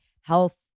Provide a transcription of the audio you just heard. health